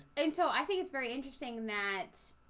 and so i think it's very interesting that